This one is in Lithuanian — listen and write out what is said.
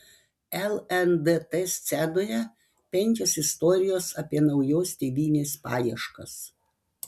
lndt scenoje penkios istorijos apie naujos tėvynės paieškas